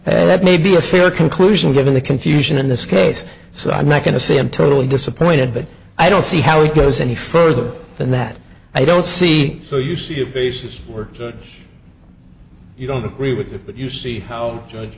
that may be a fair conclusion given the confusion in this case so i'm not going to say i'm totally disappointed but i don't see how it goes any further than that i don't see so you see a basis or you don't agree with what you see how